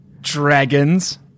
Dragons